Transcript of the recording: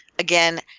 Again